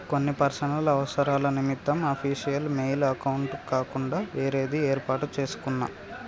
కొన్ని పర్సనల్ అవసరాల నిమిత్తం అఫీషియల్ మెయిల్ అకౌంట్ కాకుండా వేరేది యేర్పాటు చేసుకున్నా